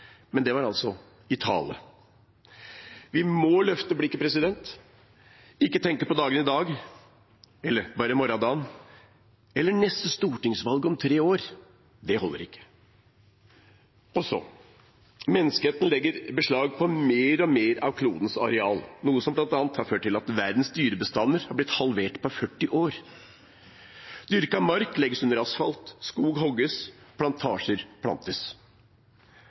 men det var i en tale. Vi må løfte blikket, ikke tenke på dagen i dag, eller bare morgendagen, eller neste stortingsvalg om tre år. Det holder ikke. Menneskeheten legger beslag på mer og mer av klodens areal, noe som bl.a. har ført til at verdens dyrebestander er blitt halvert på 40 år. Dyrka mark legges under asfalt, skog hogges, plantasjer